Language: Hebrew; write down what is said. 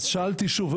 אז שאלתי שוב,